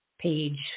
page